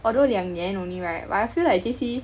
although 两年 only right but I feel like J_C